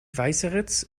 weißeritz